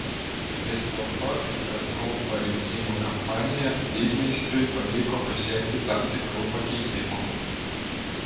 vis dėlto ir per trumpą rinkimų kampaniją didmeistriui pavyko pasiekti tam tikrų pakeitimų